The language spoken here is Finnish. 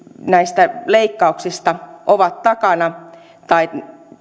näistä leikkauksista ovat takana tai